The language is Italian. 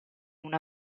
una